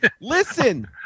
Listen